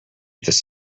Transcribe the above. this